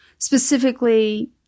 Specifically